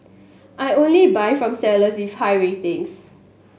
I only buy from sellers with high ratings